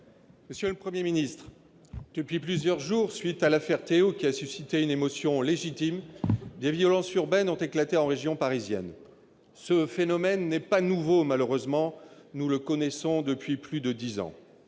Monsieur le Premier ministre, depuis plusieurs jours, à la suite de l' « affaire Théo », qui a suscité une émotion légitime, des violences urbaines ont éclaté en région parisienne. Ce phénomène n'est pas nouveau, malheureusement, puisque nous le connaissons depuis plus de dix ans.